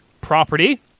Property